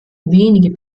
wenige